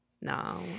No